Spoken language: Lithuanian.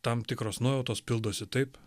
tam tikros nuojautos pildosi taip